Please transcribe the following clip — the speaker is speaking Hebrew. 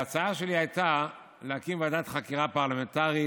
ההצעה שלי הייתה להקים ועדת חקירה פרלמנטרית